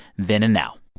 then and now